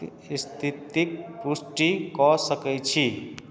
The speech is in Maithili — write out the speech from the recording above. स्थितिक पुष्टि कऽ सकैत छी